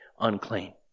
unclean